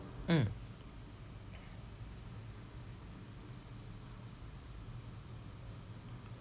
mm